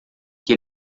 que